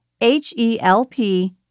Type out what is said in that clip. H-E-L-P